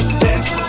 dance